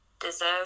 deserve